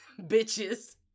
bitches